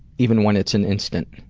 even when it's an instant.